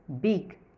big